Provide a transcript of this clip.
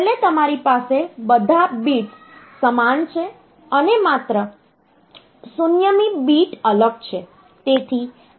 છેલ્લે તમારી પાસે બધા બિટ્સ સમાન છે અને માત્ર શૂન્ય મી બીટ અલગ છે